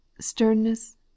Sternness